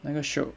那个 shiok